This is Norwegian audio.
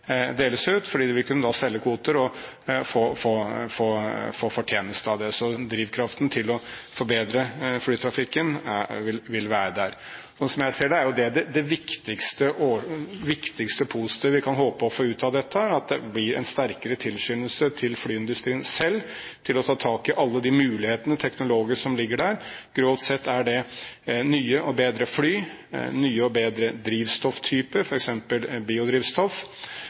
deles ut, fordi de da vil kunne selge kvoter og få fortjeneste av det. Så drivkraften til å forbedre flytrafikken vil være der. Slik som jeg ser det, er det viktigste positive vi kan håpe å få ut av dette, at det blir en sterkere tilskyndelse til flyindustrien selv å ta tak i alle de teknologiske mulighetene som ligger der. Grovt sett er det nye og bedre fly, nye og bedre drivstofftyper, f.eks. biodrivstoff.